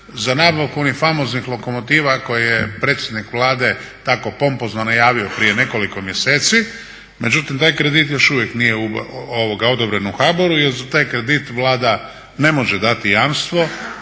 za nabavku onih famoznih lokomotiva koje je predsjednik Vlade tako pompozno najavio prije nekoliko mjeseci. Međutim, taj kredit još uvijek nije odobren u HBOR-u jer za taj kredit Vlada ne može dati jamstvo,